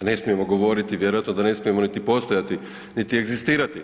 ne smijemo govoriti, vjerojatno da ne smijemo niti postojati, niti egzistirati.